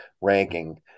ranking